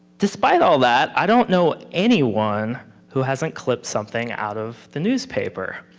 despite all that, i don't know anyone who hasn't clipped something out of the newspaper.